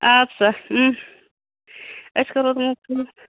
اَدٕ سا أسۍ کَرو بیٛاکھ کٲم